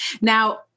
Now